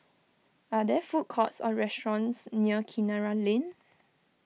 are there food courts or restaurants near Kinara Lane